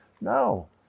No